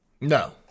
No